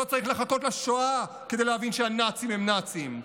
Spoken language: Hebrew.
לא צריך לחכות לשואה כדי להבין שהנאצים הם נאצים.